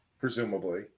presumably